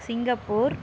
Singapore